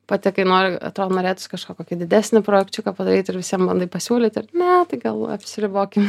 patekai nori atrodo norėtųs kažkokį didesnį projekčiuką padaryt ir visiem bandai pasiūlyti ir ne tai gal apsiribokim